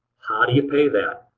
how do you pay that?